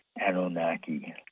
Anunnaki